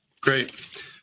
Great